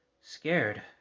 scared